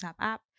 app